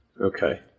Okay